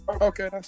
Okay